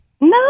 No